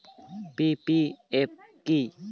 PPF কি?